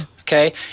okay